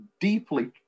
deeply